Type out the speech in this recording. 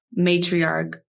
matriarch